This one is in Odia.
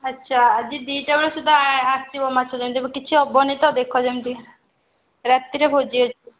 ଆଛା ଆଜି ଦୁଇଟା ବେଳ ସୁଦ୍ଧା ଆସିବ ମାଛ ଯେମିତି କିଛି ହେବନି ତ ଦେଖ ଯେମିତି ରାତିରେ ଭୋଜି ଅଛି